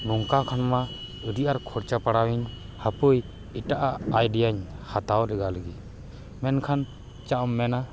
ᱱᱚᱝᱠᱟ ᱠᱷᱟᱱ ᱢᱟ ᱟᱹᱰᱤ ᱟᱴ ᱠᱷᱚᱨᱪᱟ ᱯᱟᱲᱟᱣ ᱤᱧ ᱦᱟᱯᱳᱭ ᱮᱴᱟᱜ ᱟᱜ ᱟᱭᱰᱤᱭᱟᱧ ᱦᱟᱛᱟᱣ ᱞᱮᱜᱟ ᱞᱮᱜᱮ ᱢᱮᱱᱠᱷᱟᱱ ᱪᱟᱜ ᱮᱢ ᱢᱮᱱᱟ